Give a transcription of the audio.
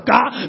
God